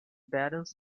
battles